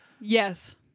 Yes